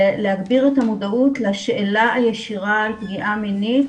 להגביר את המודעות לשאלה הישירה על פגיעה מינית